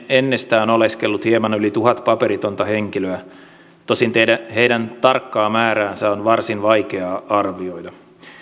ennestään oleskellut hieman yli tuhat paperitonta henkilöä tosin heidän tarkkaa määräänsä on varsin vaikea arvioida